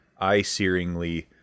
eye-searingly